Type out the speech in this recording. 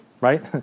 right